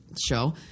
show